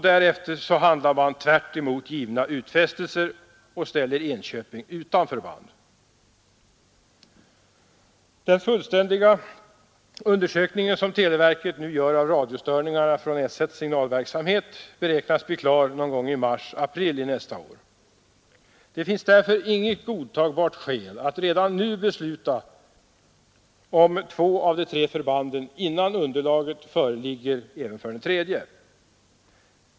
Därefter handlar man tvärtemot givna utfästelser och Den fullständiga undersökning som televerket nu gör av radiostör Torsdagen den ningarnas roll vid S 1:s signalverksamhet beräknas bli klar i mars—april 13 december 1973 1974. Det finns därför inget godtagbart skäl till att redan nu besluta om — två av de tre förbanden, innan underlag föreligger även för det tredje.